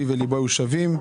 פיו וליבו היו שווים.